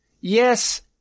yes